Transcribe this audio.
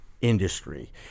industry